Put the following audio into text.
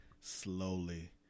slowly